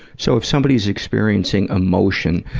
so if somebody's experiencing emotion,